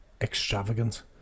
extravagant